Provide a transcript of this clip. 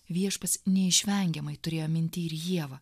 viešpats neišvengiamai turėjo minty ir ieva